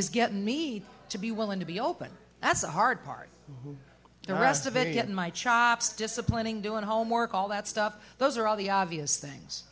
is get me to be willing to be open that's the hard part the rest of any of my chops disciplining doing homework all that stuff those are all the obvious things